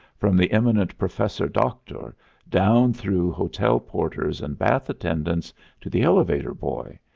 from the eminent professor-doctor down through hotel porters and bath attendants to the elevator boy,